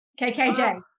KKJ